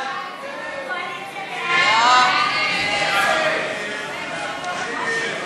הודעת הממשלה על העברת סמכויות משר הפנים לממשלה נתקבלה.